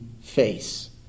face